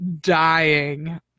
dying